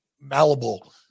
malleable